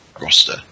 roster